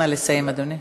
נא לסיים, אדוני.